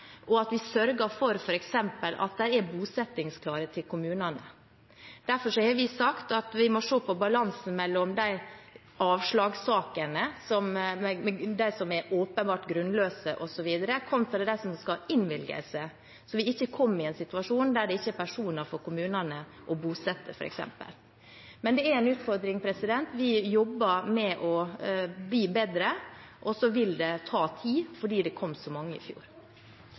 og at vi sørger for f.eks. at de er bosettingsklare til kommunene. Derfor har vi sagt at vi må se på balansen mellom avslagssakene – de som er åpenbart grunnløse osv. – kontra de som skal innvilges, så vi ikke kommer i en situasjon der det f.eks. ikke er personer for kommunene å bosette. Men det er en utfordring. Vi jobber med å bli bedre, og så vil det ta tid fordi det kom så mange i fjor.